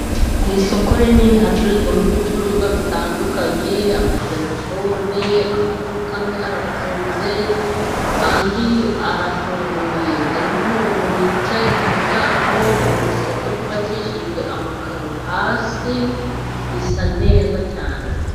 Ni isoko rinini hacururizwamo ibicuruzwa bitandukanye: amatelefone, amaduka amwe arafunze, andi arafunguye, hariho umuntu wicaye ku muryango, ni isoko ryubakishijwe amakaro hasi, risa neza cyane.